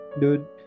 dude